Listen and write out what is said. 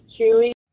Chewy